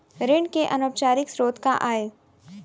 ऋण के अनौपचारिक स्रोत का आय?